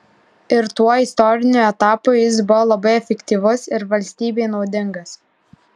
ir tuo istoriniu etapu jis buvo labai efektyvus ir valstybei naudingas